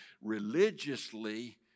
religiously